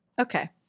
Okay